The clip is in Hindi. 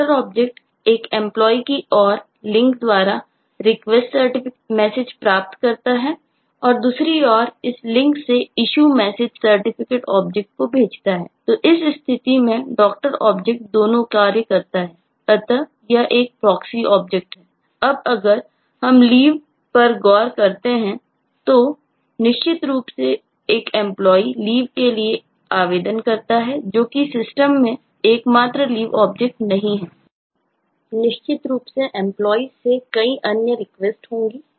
Doctor ऑब्जेक्ट एक Employee की ओर लिंक द्वारा requestCert होंगी